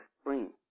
spring